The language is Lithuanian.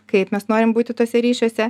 kaip mes norim būti tuose ryšiuose